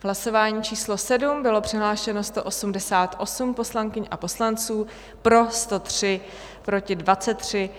V hlasování číslo 7 bylo přihlášeno 188 poslankyň a poslanců, pro 103, proti 23.